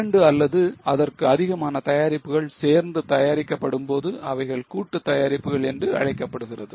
இரண்டு அல்லது அதற்கு அதிகமான தயாரிப்புகள் சேர்ந்து தயாரிக்கப்படும் போது அவைகள் கூட்டு தயாரிப்புகள் என்று அழைக்கப்படுகிறது